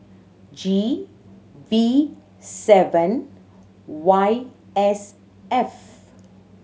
G V seven Y S F